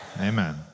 Amen